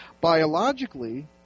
Biologically